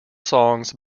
songs